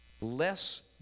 less